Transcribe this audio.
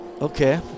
okay